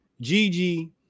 Gigi